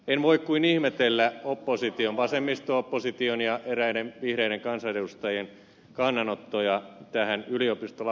en voi kuin ihmetellä vasemmisto opposition ja eräiden vihreiden kansanedustajien kannanottoja tähän yliopistolakiin